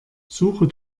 suche